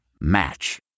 Match